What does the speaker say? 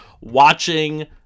watching